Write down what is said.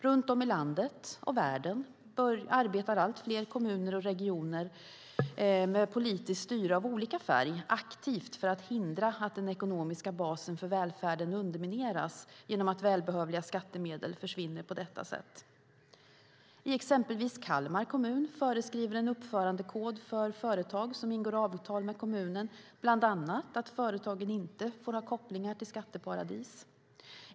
Runt om i landet och i världen arbetar allt fler kommuner och regioner, med politiskt styre av olika färg, aktivt för att hindra att den ekonomiska basen för välfärden undermineras genom att välbehövliga skattemedel försvinner på detta sätt. I exempelvis Kalmar kommun föreskriver en uppförandekod för företag som ingår avtal med kommunen bland annat att företagen inte får ha kopplingar till skatteparadis.